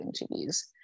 interviews